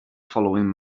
following